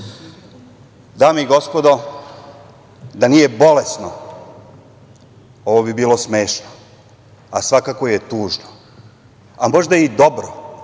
i gospodo, da nije bolesno, ovo bi bilo smešno, a svakako je tužno. Možda je i dobro,